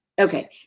Okay